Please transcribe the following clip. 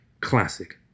Classic